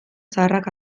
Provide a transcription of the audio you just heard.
zaharrak